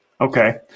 Okay